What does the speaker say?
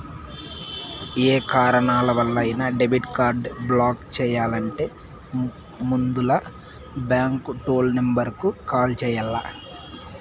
yeah కారణాలవల్లైనా debit card block చెయ్యాలంటే ముందల బాంకు టోల్ నెంబరుకు కాల్ చెయ్యాల్ల